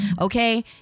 okay